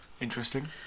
Interesting